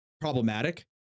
problematic